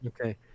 Okay